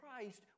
Christ